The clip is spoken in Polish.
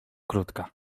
krótka